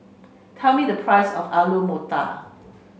tell me the price of Alu Matar